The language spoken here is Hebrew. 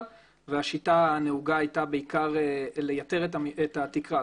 והשיטה הנהוגה הייתה בעיקר לייתר את התקרה,